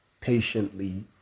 patiently